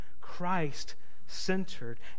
Christ-centered